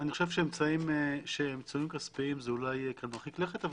עיצומים כספיים זה אולי מרחיק לכת.